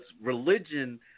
religion